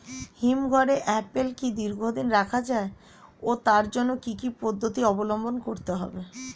হিমঘরে আপেল কি দীর্ঘদিন রাখা যায় ও তার জন্য কি কি পদ্ধতি অবলম্বন করতে হবে?